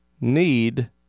need